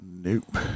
Nope